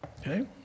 Okay